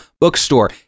bookstore